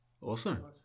Awesome